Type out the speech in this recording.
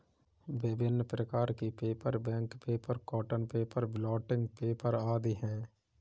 विभिन्न प्रकार के paper, bank paper, cotton paper, blotting paper आदि हैं